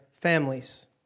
families